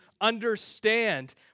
understand